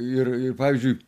ir ir pavyzdžiui